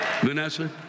Vanessa